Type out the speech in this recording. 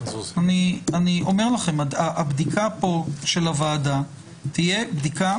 אני אומר לכם שהבדיקה של הוועדה כאן תהיה בדיקה